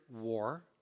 war